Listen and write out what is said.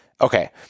Okay